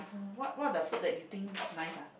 what what the food that you think nice ah